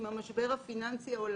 בשנים עם המשבר הפיננסי העולמי,